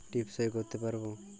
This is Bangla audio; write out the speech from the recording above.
টিপ সই করতে পারবো?